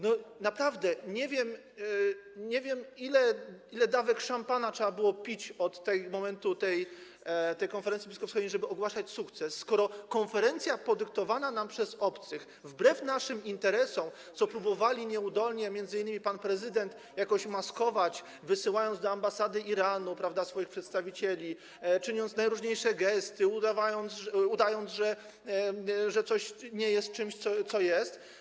Naprawdę nie wiem, ile dawek szampana trzeba było pić od momentu tej konferencji bliskowschodniej, żeby ogłaszać sukces, skoro ta konferencja podyktowana była nam przez obcych wbrew naszym interesom, co próbowali nieudolnie, m.in. pan prezydent, jakoś maskować, wysyłając do ambasady Iranu swoich przedstawicieli, czyniąc najróżniejsze gesty, udając, że coś nie jest czymś, czym jest.